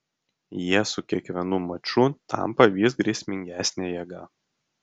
jie su kiekvienu maču tampa vis grėsmingesne jėga